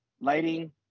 lighting